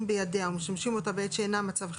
בידיה ומשמשים אותה בעת שאינה מצב חירום,